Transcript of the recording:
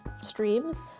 streams